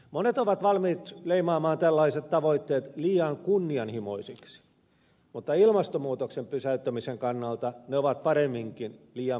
monet ovat valmiit leimaamaan tällaiset tavoitteet liian kunnianhimoisiksi mutta ilmastomuutoksen pysäyttämisen kannalta ne ovat paremminkin liian vaatimattomia